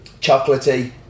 chocolatey